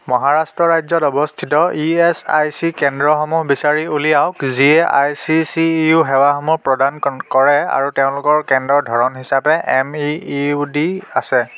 মহাৰাষ্ট্ৰ ৰাজ্যত অৱস্থিত E S I C কেন্দ্ৰসমূহ বিচাৰি উলিয়াওক যিয়ে আই চি চি ইউ সেৱাসমূহ প্ৰদান কৰে আৰু তেওঁলোকৰ কেন্দ্ৰৰ ধৰণ হিচাপে এম ই ইউ ডি আছে